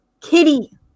kitty